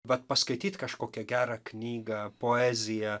bet paskaityt kažkokią gerą knygą poeziją